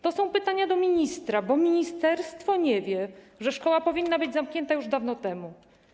To są pytania do ministra, bo ministerstwo nie wie, że szkoła powinna być zamknięta już dawno temu.